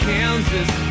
Kansas